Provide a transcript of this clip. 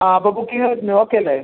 ആ അപ്പോൾ ബുക്ക് ചെയ്തിട്ടുണ്ട് ഓക്കെ അല്ലേ